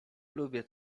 lubię